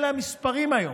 אלה המספרים היום,